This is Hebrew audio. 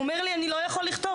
והוא אמר לי: אני לא יכול לכתוב,